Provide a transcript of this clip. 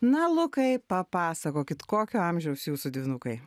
na lukai papasakokit kokio amžiaus jūsų dvynukai